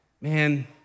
man